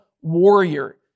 warrior